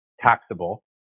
taxable